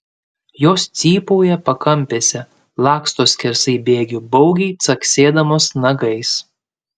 jos cypauja pakampėse laksto skersai bėgių baugiai caksėdamos nagais